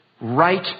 Right